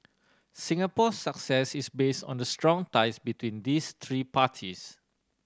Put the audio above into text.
Singapore's success is based on the strong ties between these three parties